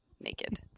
naked